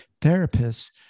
therapists